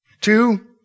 Two